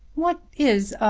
what is